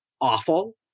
awful